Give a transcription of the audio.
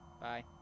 Bye